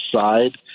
side